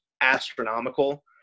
astronomical